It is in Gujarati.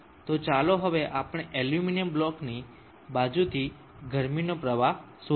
તો ચાલો હવે આપણે એલ્યુમિનિયમ બ્લોકની બાજુથી ગરમીનો પ્રવાહ શોધીીએ